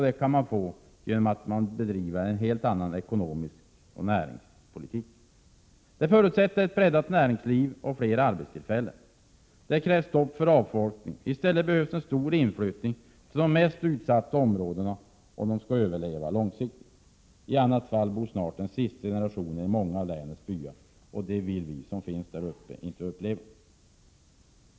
Det kan man göra genom att man bedriver en helt annan ekonomisk och näringspolitik. Det förutsätter ett breddat näringsliv och fler arbetstillfällen. Det krävs stopp för avfolkning. I stället behövs en stor inflyttning till de mest utsatta regionerna om de skall överleva långsiktigt. I annat fall bor snart den sista generationen i många av länets byar. Det vill vi som lever där uppe inte uppleva.